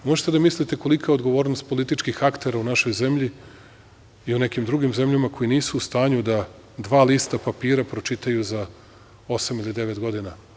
Možete da mislite kolika je odgovornost političkih aktera u našoj zemlji i u nekim drugim zemljama koje nisu u stanju da dva lista papira pročitaju za osam ili devet godina.